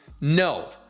No